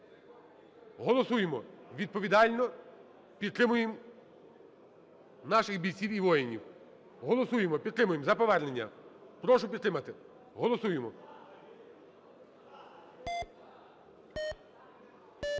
Голосуємо відповідально. Підтримуємо наших бійців і воїнів. Голосуємо, підтримуємо за повернення. Прошу підтримати. Голосуємо.